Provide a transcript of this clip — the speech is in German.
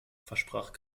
versprach